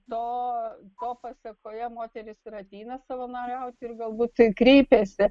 to ko pasekoje moterys ir ateina savanoriauti ir galbūt kreipėsi